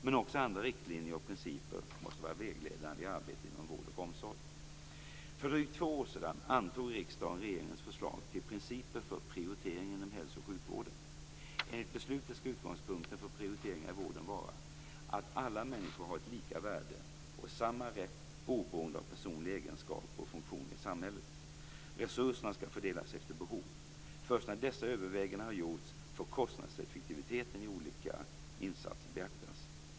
Men också andra riktlinjer och principer måste vara vägledande i arbetet inom vård och omsorg. För drygt två år sedan antog riksdagen regeringens förslag till principer för prioriteringar inom hälsooch sjukvården. Enligt beslutet skall utgångspunkten för prioriteringar i vården vara att alla människor har ett lika värde och samma rätt oberoende av personliga egenskaper och funktioner i samhället. Resurserna skall fördelas efter behov. Först när dessa överväganden har gjorts får kostnadseffektiviteten i olika insatser beaktas.